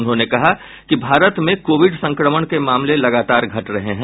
उन्होंने कहा कि भारत में कोविड संक्रमण के मामले लगातार घट रहे हैं